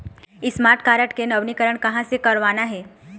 Smart card के नवीनीकरण कहां से करवाना हे?